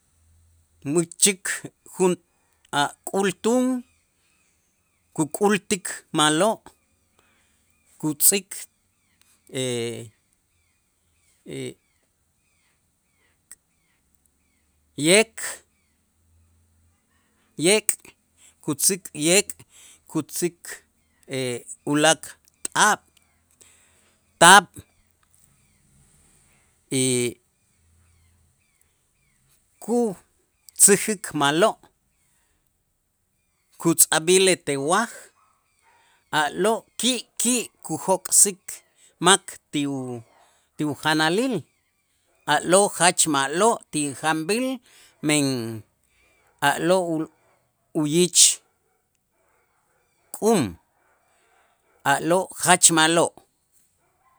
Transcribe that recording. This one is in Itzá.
mächik jun a' k'ultun k'ukultik ma'lo' kutz'ik yek' yek' kutz'ik yek', kutz'ik ulaak' taab' taab' y kutzäjik ma'lo' kutz'ajb'il ete waj a'lo' ki' ki' kujok'sik mak ti u ti ujanalil a'lo' jach ma'lo' ti janb'äl men a'lo' u- uyich k'um a'lo' jach ma'lo'.